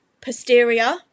posterior